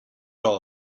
all